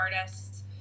artists